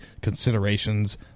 considerations